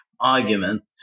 argument